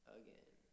again